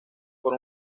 por